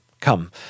Come